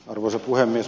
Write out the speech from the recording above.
arvoisa puhemies